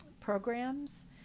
programs